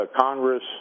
Congress